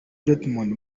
dortmund